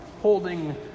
holding